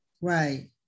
Right